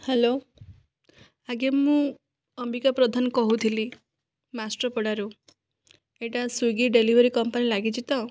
hello ଆଜ୍ଞା ମୁଁ ଅମ୍ବିକା ପ୍ରଧାନ କହୁଥିଲି ମାଷ୍ଟରପଡ଼ାରୁ ଏଇଟା ସ୍ଵିଗି ଡେଲିଭରି କମ୍ପାନୀ ଲାଗିଛି ତ